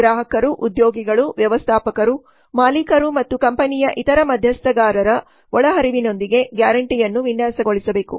ಗ್ರಾಹಕರು ಉದ್ಯೋಗಿಗಳು ವ್ಯವಸ್ಥಾಪಕರು ಮಾಲೀಕರು ಮತ್ತು ಕಂಪನಿಯ ಇತರ ಮಧ್ಯಸ್ಥಗಾರರ ಒಳಹರಿವಿನೊಂದಿಗೆ ಗ್ಯಾರಂಟಿಯನ್ನು ವಿನ್ಯಾಸಗೊಳಿಸಬೇಕು